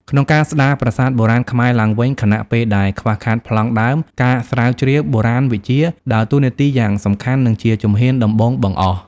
ក្នុងការស្ដារប្រាសាទបុរាណខ្មែរឡើងវិញ ខណៈពេលដែលខ្វះខាតប្លង់ដើម ការស្រាវជ្រាវបុរាណវិទ្យា ដើរតួនាទីយ៉ាងសំខាន់ និងជាជំហានដំបូងបង្អស់។